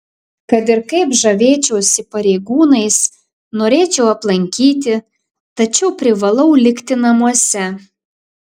kad ir kaip žavėčiausi pareigūnais norėčiau aplankyti tačiau privalau likti namuose